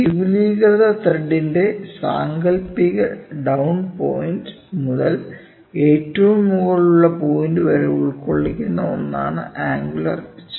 ഈ വിപുലീകൃത ത്രെഡിന്റെ സാങ്കൽപ്പിക ഡൌൺ പോയിന്റ് മുതൽ ഏറ്റവും മുകളിലുള്ള പോയിന്റ് വരെ ഉൾക്കൊള്ളുന്ന ഒന്നാണ് അംഗുലാർ പിച്ച്